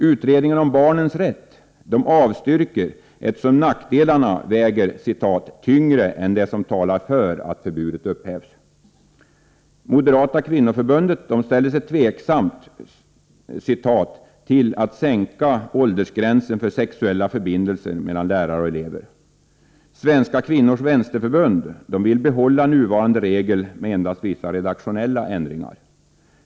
Utredningen om barnets rätt avstyrker eftersom nackdelarna väger ”tyngre än det som talar för att förbudet upphävs”. Moderata kvinnoförbundet ställer sig tveksamt ”till att sänka åldersgränsen för sexuella förbindelser mellan lärare och elever”. Svenska kvinnors vänsterförbund vill behålla nuvarande regel med endast vissa redaktionella ändringar.